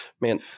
Man